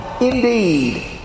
indeed